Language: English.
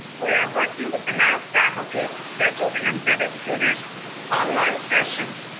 we are working with the math faculty to schedule their embedded tutors' online sessions,